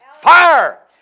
Fire